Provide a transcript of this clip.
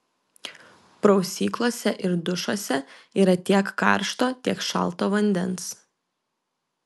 prausyklose ir dušuose yra tiek karšto tiek šalto vandens